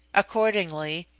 accordingly,